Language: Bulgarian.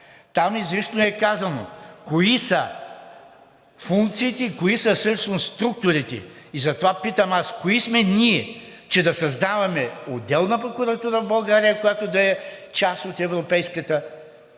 Там изрично е казано кои са функциите, кои са всъщност структурите. Затова питам: кои сме ние, че да създаваме отделна прокуратура в България, която да е част от европейската? Кои